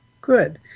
good